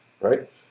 right